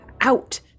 out